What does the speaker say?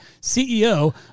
CEO